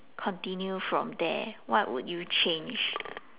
continue from there what would you change